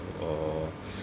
or